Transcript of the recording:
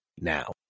now